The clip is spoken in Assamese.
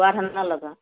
বৰা ধানৰ লগত